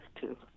two